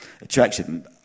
attraction